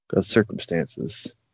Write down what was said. circumstances